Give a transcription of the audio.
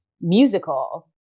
musical